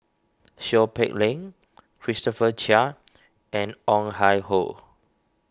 Seow Peck Leng Christopher Chia and Ong Ah Hoi